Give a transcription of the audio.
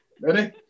Ready